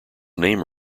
name